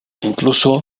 incluso